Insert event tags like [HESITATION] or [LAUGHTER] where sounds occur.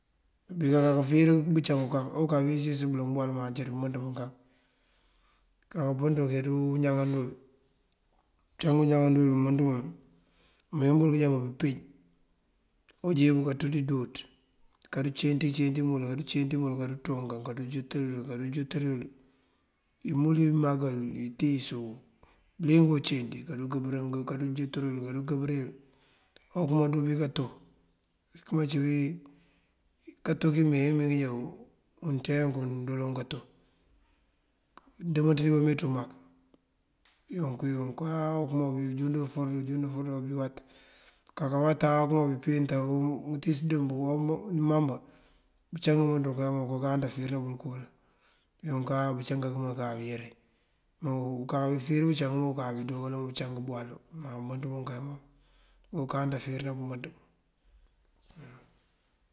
Unkaka fíir bëncang kak unkak kayeecës bëloŋ buwalu má cíţ bëmënţ bun kak. Ukaka pën ţël kanţú uñaŋan dul, bëncangan añaŋan dul bëmënţ bun mawín bël jábun umpí. Abundun jiyëŋ kanţú dí dúuţ kandu ceent ceent imul, kandu ceent imul kandu tonkan, kandu júut dí yël kandu júut dí yël. Imul imakal yun dí itíis yun bëliyëng uceent, kandu [HESITATION] júut dí yël kandu ngëbër yul okëm ocí kato. [HESITATION] kato kímeekí emee kënjá unţeen kun wul dolun kato, kadëmënt dí bameenţú mak. Yunk yunk áa okëma jundëf ajundëf áa bí wuwat. Unkaka watáa okëma bí pet utíis dëmb omaŋ bá, bëncang bëmënţ bun okoo káata fíir bël kooloŋ. Yunka bëncang kakëm kabí yëri. Unka fíir bëncang bëndoo kaloŋ bëncang bëwalu má bëmënţ bun kaloŋ ndarukanda fíir dumënţ dun.